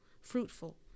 Fruitful